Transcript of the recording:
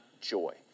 joy